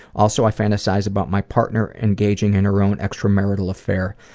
also i fantasize about my partner engaging in her own extramarital affair,